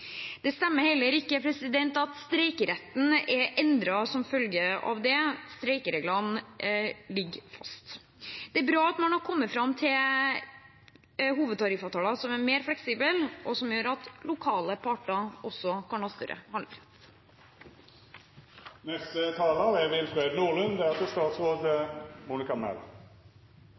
Det stemmer heller ikke at streikeretten er endret som følge av det; streikereglene ligger fast. Det er bra at man har kommet fram til hovedtariffavtaler som er mer fleksible, og som gjør at lokale parter også kan ha større handlingsrom. Jeg merker meg med interesse at foregående taler